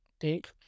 take